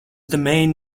domain